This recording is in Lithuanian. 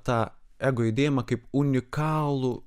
tą ego judėjimą kaip unikalų